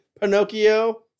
Pinocchio